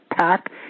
pack